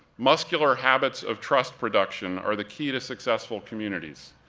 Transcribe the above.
muscular habits of trust production are the key to successful communities.